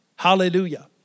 Hallelujah